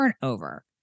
turnover